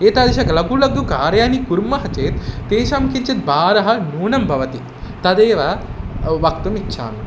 एतादृशानि लघु लघु कार्याणि कुर्मः चेत् तेषां किञ्चित् भारः न्यूनं भवति तदेव वक्तुम् इच्छामि